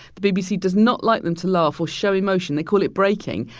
the bbc does not like them to laugh or show emotion. they call it breaking.